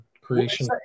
Creation